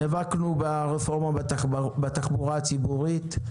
נאבקנו ברפורמה בתחבורה הציבורית.